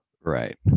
Right